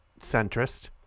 centrist